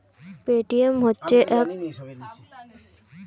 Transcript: Paytm হচ্ছে এক ধরনের টাকা স্থানান্তরকরণের ব্যবস্থা যেটা আমাদের দেশের প্রচলিত